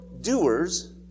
doers